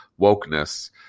wokeness